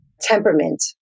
temperament